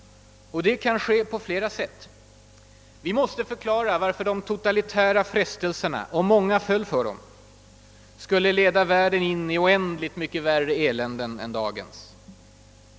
Det kan ske på flera sätt. Vi måste förklara varför de totalitära frestelserna, om många föll för dem, skulle leda in världen i oändligt mycket värre eländen än dagens.